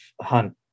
Hunt